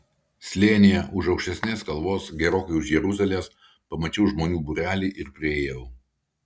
slėnyje už aukštesnės kalvos gerokai už jeruzalės pamačiau žmonių būrelį ir priėjau